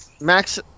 max